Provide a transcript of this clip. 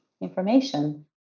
information